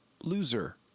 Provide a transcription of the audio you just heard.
loser